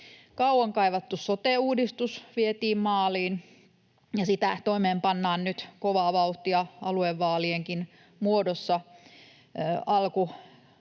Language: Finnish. Kauan kaivattu sote-uudistus vietiin maaliin, ja sitä toimeenpannaan nyt kovaa vauhtia aluevaalienkin muodossa alkuvuodesta